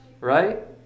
right